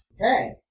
Okay